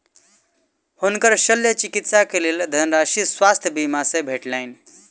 हुनकर शल्य चिकित्सा के लेल धनराशि स्वास्थ्य बीमा से भेटलैन